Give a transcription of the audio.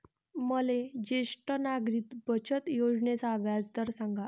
मले ज्येष्ठ नागरिक बचत योजनेचा व्याजदर सांगा